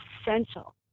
essential